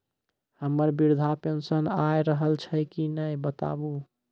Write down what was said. हमर वृद्धा पेंशन आय रहल छै कि नैय बताबू?